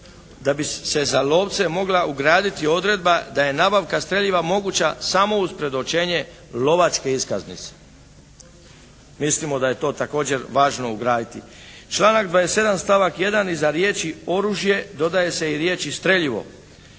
da bi se za lovce mogla ugraditi odredba da je nabavka streljiva moguća samo uz predočenje lovačke iskaznice. Mislimo da je to također važno ugraditi. Članak 27. stavak 1. iza riječi “oružje“ dodaje se i riječi “streljivo“.